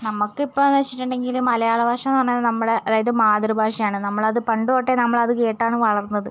നമ്മക്കിപ്പൊന്ന് വച്ചിട്ടുണ്ടെങ്കില് മലയാള ഭാഷാന്ന് പറഞ്ഞാൽ നമ്മുടെ അതായത് മാതൃഭാഷയാണ് നമ്മളത് പണ്ട് തൊട്ടെ നമ്മളത് കേട്ടാണ് വളർന്നത്